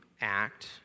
act